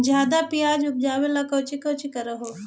ज्यादा प्यजबा उपजाबे ले कौची कौची कर हो?